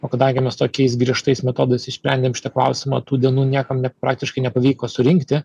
o kadangi mes tokiais griežtais metodais išsprendėm šitą klausimą tų dienų niekam net praktiškai nepavyko surinkti